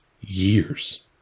years